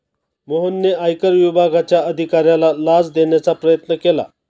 मोहनने आयकर विभागाच्या अधिकाऱ्याला लाच देण्याचा प्रयत्न केला